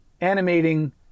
animating